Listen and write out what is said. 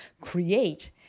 create